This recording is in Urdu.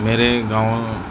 میرے گاؤں